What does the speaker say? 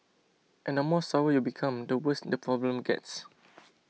and more sour you become the worse the problem gets